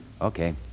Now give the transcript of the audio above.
Okay